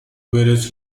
various